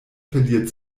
verliert